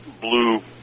blue